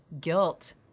guilt